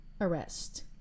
arrest